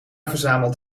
verzamelt